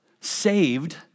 Saved